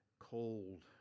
cold